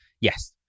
Yes